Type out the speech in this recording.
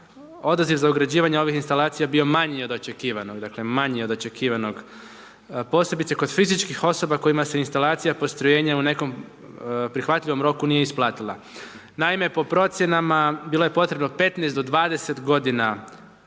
odaziv za ugrađivanje ovih instalacija bio manji od očekivanog, dakle, manje od očekivanog, posebice kod fizičkih osoba kojima se instalacija postrojenja u nekom prihvatljivom roku nije isplatila. Naime, po procjenama bilo je potrebno po 15-20 g. da bi